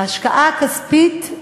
ההשקעה הכספית,